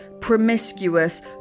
promiscuous